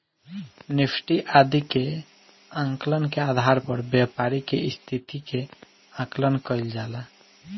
Nifty आदि के आंकड़न के आधार पर व्यापारि के स्थिति के आकलन कईल जाला